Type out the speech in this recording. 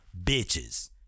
bitches